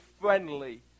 friendly